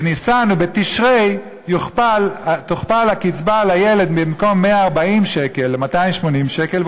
שבניסן ובתשרי תוכפל הקצבה לילד מ-140 שקל ל-280 שקל,